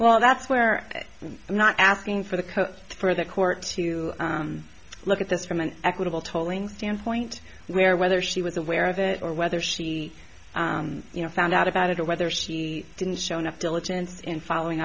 well that's where i'm not asking for the code for the court to look at this from an equitable tolling standpoint where whether she was aware of it or whether she you know found out about it or whether she didn't show up diligence in following